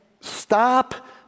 stop